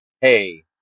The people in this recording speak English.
hey